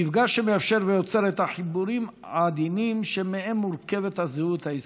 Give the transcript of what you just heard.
מפגש שמאפשר ויוצר את החיבורים העדינים שמהם מורכבת הזהות הישראלית.